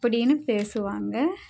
அப்படினு பேசுவாங்க